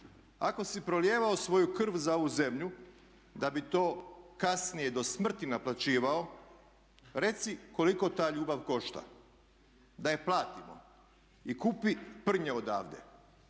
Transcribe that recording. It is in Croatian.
"Ako si prolijevao svoju krv za ovu zemlju, da bi to kasnije do smrti naplaćivao, reci koliko ta ljubav košta da je platimo i kupi prnje odavde.